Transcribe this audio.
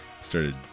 started